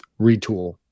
retool